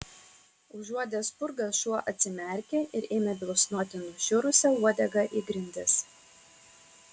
užuodęs spurgas šuo atsimerkė ir ėmė bilsnoti nušiurusia uodega į grindis